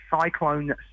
cyclone